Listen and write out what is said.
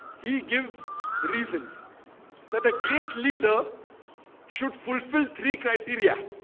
he gives reasons that a great leader should fulfill three criteria